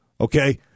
Okay